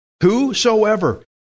whosoever